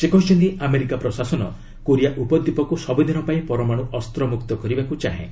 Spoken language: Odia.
ସେ କହିଛନ୍ତି ଆମେରିକା ପ୍ରଶାସନ କୋରିଆ ଉପଦ୍ୱୀପକ୍ତ ସବୃଦିନ ପାଇଁ ପରମାଣ୍ର ଅସ୍ତ୍ରମ୍ରକ୍ତ କରିବାକ୍ତ ଚାହେଁ